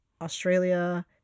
Australia